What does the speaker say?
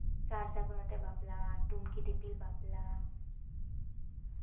ᱥᱟᱨ ᱥᱟᱹᱜᱩᱱ ᱟᱛᱮᱜ ᱵᱟᱯᱞᱟ ᱴᱩᱢᱠᱤ ᱫᱤᱯᱤᱞ ᱟᱛᱮᱜ ᱵᱟᱯᱞᱟ